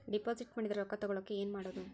Deposit ಮಾಡಿದ ರೊಕ್ಕ ತಗೋಳಕ್ಕೆ ಏನು ಮಾಡೋದು?